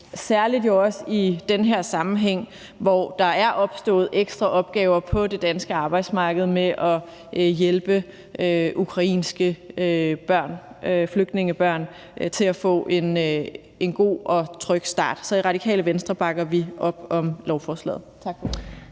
særlig jo også i den her sammenhæng, hvor der er opstået ekstra opgaver på det danske arbejdsmarked med at hjælpe ukrainske flygtningebørn til at få en god og tryg start. Så i Radikale Venstre bakker vi op om lovforslaget.